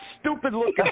stupid-looking